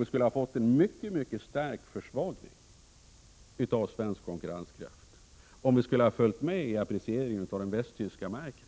Vi skulle ha fått en mycket kraftig försvagning av den svenska konkurrenskraften om vi hade blivit ett valutapolitiskt lydrike till Västtyskland och följt med i apprecieringen av den västtyska marken.